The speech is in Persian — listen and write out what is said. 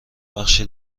بخشی